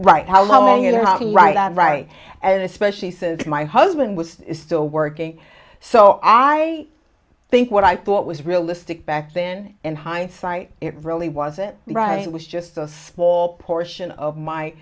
right how low you're not right and right and especially since my husband was still working so i think what i thought was realistic back then in hindsight it really wasn't right it was just a small portion of my